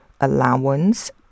allowance